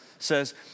says